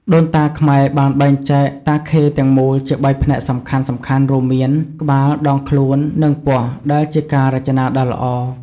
ដូនតាខ្មែរបានបែងចែកតាខេទាំងមូលជាបីផ្នែកសំខាន់ៗរួមមាន ក្បាល ដងខ្លួន និងពោះដែលជាការរចនាដ៏ល្អ។